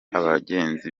abagenzi